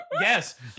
Yes